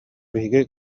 биһиги